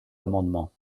amendements